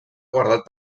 guardat